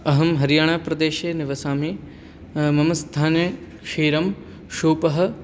अहं हरियाणाप्रदेशे निवसामि मम स्थाने क्षीरं सूपः